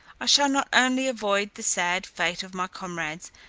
i shall not only avoid the sad fate of my comrades,